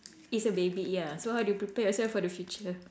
it's a baby ya so how do you prepare yourself for the future